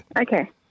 Okay